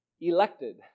Elected